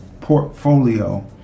portfolio